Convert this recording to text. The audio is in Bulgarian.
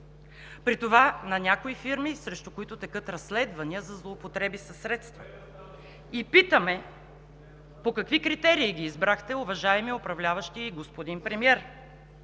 при това на някои фирми, срещу които текат разследвания за злоупотреби със средства. Питаме: по какви критерии ги избрахте, уважаеми управляващи и господин Премиер?